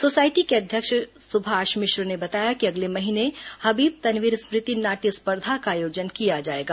society के अध्यक्ष सुभाष मिश्र ने बताया कि अगले महीने हबीब तनवीर स्मृति नाट्य स्पर्धा का आयोजन किया जाएगा